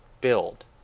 build